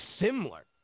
similar